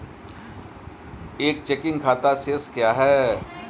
एक चेकिंग खाता शेष क्या है?